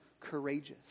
courageous